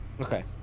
Okay